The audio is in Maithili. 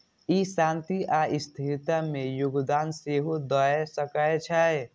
ई शांति आ स्थिरता मे योगदान सेहो दए सकै छै